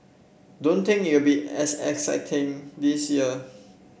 don't think it will be as exciting this year